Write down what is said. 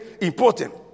important